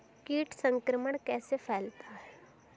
कीट संक्रमण कैसे फैलता है?